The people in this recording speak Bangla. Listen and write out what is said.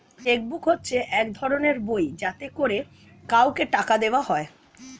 চেক বুক হচ্ছে এক ধরনের বই যাতে করে কাউকে টাকা দেওয়া হয়